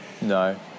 No